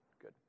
good